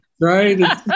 right